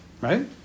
Right